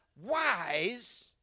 wise